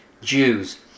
Jews